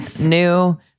new